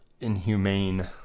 inhumane